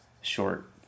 short